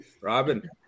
Robin